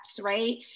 right